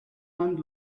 and